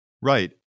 Right